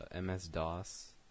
MS-DOS